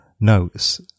notes